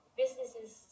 businesses